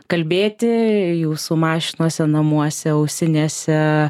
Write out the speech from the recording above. kalbėti jūsų mašinose namuose ausinėse